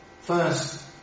First